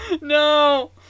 No